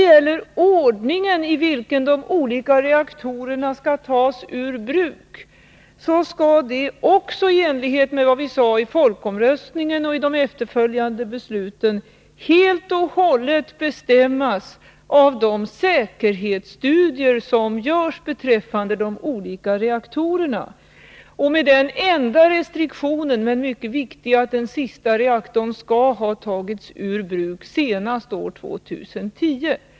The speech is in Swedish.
Den ordning i vilken de olika reaktorerna skall tas ur bruk skall också — i enlighet med vad vi sade i folkomröstningen och de efterföljande besluten — helt och hållet bestämmas av de säkerhetsstudier som görs beträffande de olika reaktorerna. Den enda — men mycket viktiga — restriktionen är att den sista reaktorn skall ha tagits ur bruk senast år 2010.